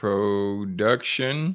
Production